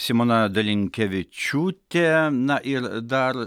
simona dalinkevičiūtė na ir dar